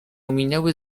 ominęły